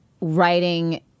writing